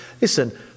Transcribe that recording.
listen